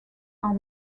are